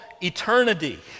eternity